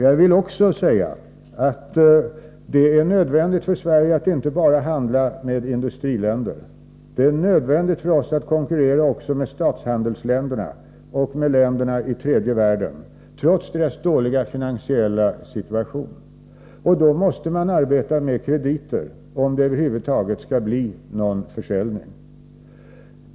Jag vill också säga att det är nödvändigt för Sverige att inte bara handla med industriländer. Det är nödvändigt för oss att konkurrera också med statshandelsländerna och med länderna i tredje världen, trots deras dåliga finansiella situation. Då måste man, om det över huvud taget skall bli någon försäljning, arbeta med krediter.